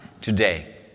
today